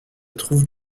trouves